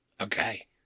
Okay